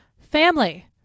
family